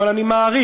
אבל אני מעריך